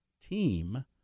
team